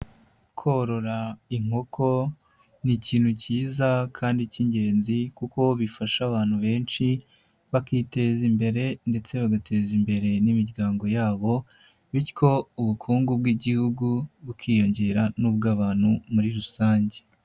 Korora inkoko ni ikintu cyiza kandi cy'ingenzi kuko bifasha abantu benshi, bakiteza imbere ndetse bagateza imbere n'imiryango yabo, bityo ubukungu bw'igihugu bukiyongera n'ubw'abantu muri rusange.